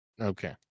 okay